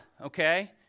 okay